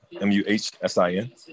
M-U-H-S-I-N